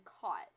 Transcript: caught